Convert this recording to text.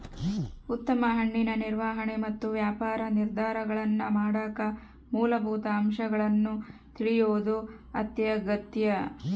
ಉತ್ತಮ ಹಣ್ಣಿನ ನಿರ್ವಹಣೆ ಮತ್ತು ವ್ಯಾಪಾರ ನಿರ್ಧಾರಗಳನ್ನಮಾಡಕ ಮೂಲಭೂತ ಅಂಶಗಳನ್ನು ತಿಳಿಯೋದು ಅತ್ಯಗತ್ಯ